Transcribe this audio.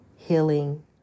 healing